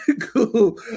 Cool